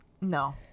No